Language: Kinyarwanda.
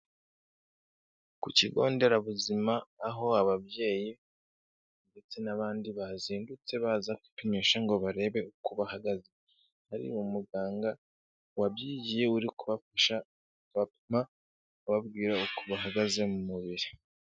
Ku kigonderabuzima aho ababyeyi ndetse n'abandi bazindutse baza kwipimisha ngo barebe uko bahagaze, hari umuganga wabyigiye uri kubafasha kubapima, ababwira uko bahagaze mu mubiri.